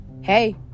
Hey